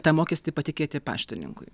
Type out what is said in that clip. tą mokestį patikėti paštininkui